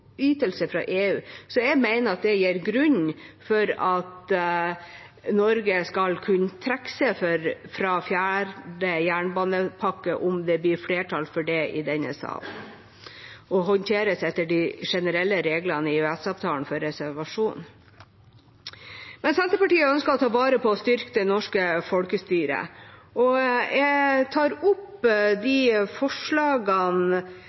EU. Så jeg mener at det gir grunn for at Norge skal kunne trekke seg fra fjerde jernbanepakke, om det blir flertall for det i denne salen, og håndteres etter de generelle reglene i EØS-avtalen for reservasjon. Senterpartiet ønsker å ta vare på og styrke det norske folkestyret. Jeg tar opp